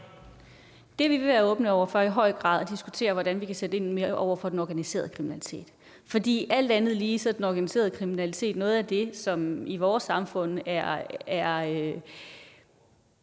høj grad være åbne over for at diskutere, hvordan vi kan sætte mere ind over for den organiserede kriminalitet, for alt andet lige er den organiserede kriminalitet noget af det, som i vores samfund er